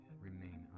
remain